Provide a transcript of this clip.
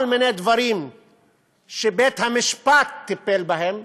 כל מיני דברים שבית-המשפט טיפל בהם,